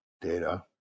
data